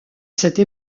cette